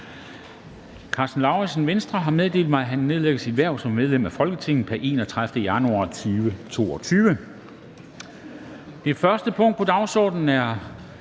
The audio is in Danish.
Karsten Lauritzen (V) har meddelt mig, at han nedlægger sit hverv som medlem af Folketinget pr. 31. januar 2022. [Maja Torp (V) er nyt ordinært